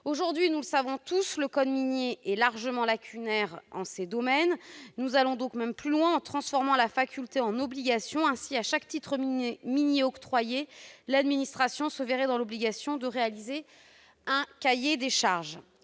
Aujourd'hui, nous le savons tous, le code minier est largement lacunaire dans ces domaines. Nous allons même plus loin, en transformant la faculté en obligation. Ainsi, pour chaque titre minier octroyé, l'administration se verrait dans l'obligation de réaliser un cahier des charges.